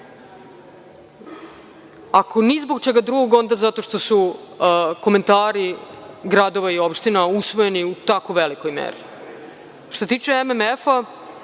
Ako ni zbog čega drugog, onda zato što su komentari gradova i opština usvojeni u tako velikoj meri. Što se tiče MMF-a,